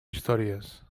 històries